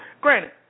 Granted